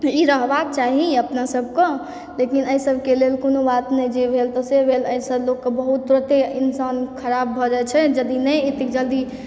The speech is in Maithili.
ई रहबाके चाही अपना सबके लेकिन अय सबके लेल कोनो बात नहि जे भेल से भेल एहिसँ लोक बहुते इन्सान खराब भऽ जाइ छै जदि नहि एतेक जल्दी